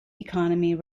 economy